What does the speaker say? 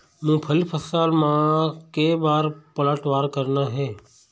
मूंगफली फसल म के बार पलटवार करना हे?